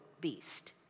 beast